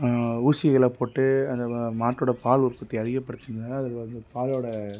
ஊசிகளைப் போட்டு அந்த மா மாட்டோடய பால் உற்பத்தியை அதிகப்படுத்துனதால் அது வந்து பாலோடய